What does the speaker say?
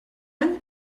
any